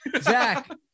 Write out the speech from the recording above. Zach